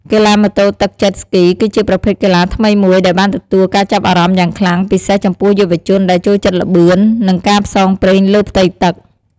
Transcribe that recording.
កីឡាម៉ូតូទឹក Jet Ski គឺជាប្រភេទកីឡាថ្មីមួយដែលបានទទួលការចាប់អារម្មណ៍យ៉ាងខ្លាំង ពិសេសចំពោះយុវជនដែលចូលចិត្តល្បឿន និងការផ្សងព្រេងលើផ្ទៃទឹក។